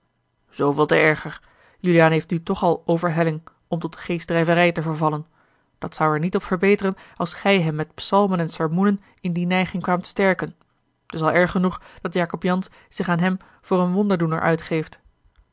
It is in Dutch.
zooveel te erger juliaan heeft nu toch al overhelling om tot geestdrijverij te vervallen dat zou er niet op verbeteren als gij hem met psalmen en sermoenen in die neiging kwaamt sterken t is al erg genoeg dat jacob jansz zich aan hem voor een wonderdoener uitgeeft